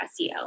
SEO